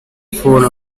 phone